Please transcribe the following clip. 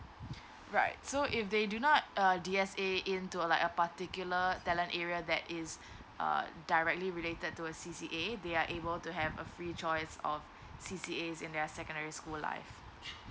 right so if they do not uh D_S_A in to a like a particular talent area that is uh directly related to a C_C_A they are able to have a free choice of C_C_A in their secondary school life